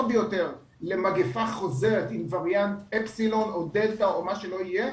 ביותר למגיפה חוזרת עם וריאנט אפסילון או דלתא או מה שלא יהיה,